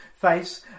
face